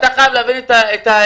אתה חייב להבין את האירוע.